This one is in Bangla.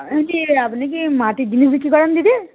বলছি আপনি কি মাটির জিনিস বিক্রি করেন দিদি